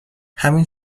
همین